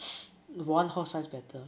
one horse-sized better